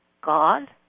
God